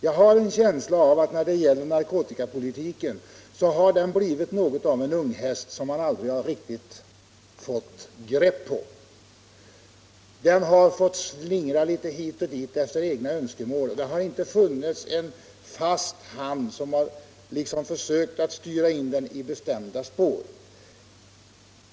Jag har en känsla av att narkotikapolitiken har blivit som en unghäst som man aldrig fått något riktigt grepp om. Den har fått slingra litet hit och dit efter egna önskemål, och det har inte funnits en fast hand som har gjort något försök att styra in den på bestämda spår.